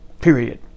period